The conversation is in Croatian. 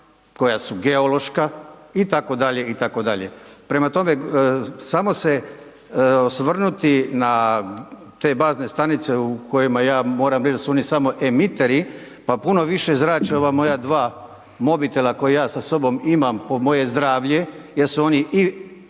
koja su geološka itd., itd. Prema tome, samo se osvrnuti na te bazne stanice u kojima ja moram reć da su oni samo emiteri pa puno više zrače ova moja dva mobitela koja ja sa sobom imam po moje zdravlje jer su oni